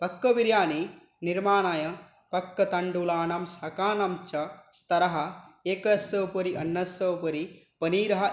पक्वबिरियानि निर्माणाय पक्वतण्डुलानां शाकानाञ्च स्तरः एकस्स उपरि अन्यस्य उपरि पनीरः